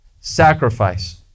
sacrifice